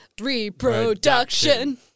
reproduction